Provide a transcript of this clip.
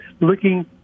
looking